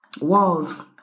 Walls